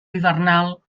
hivernal